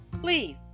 please